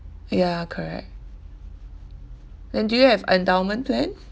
ya correct then do you have endowment plan